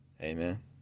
Amen